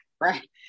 right